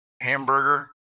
Hamburger